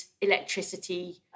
electricity